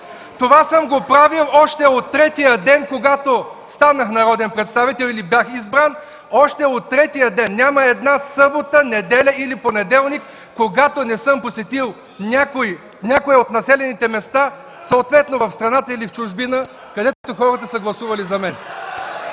Това съм го правил още от третия ден, когато бях избран за народен представител. Още от третия ден! Няма една събота, неделя или понеделник, когато не съм посетил някое от населените места съответно в страната или в чужбина, където хората са гласували за мен.